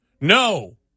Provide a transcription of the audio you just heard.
No